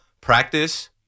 practice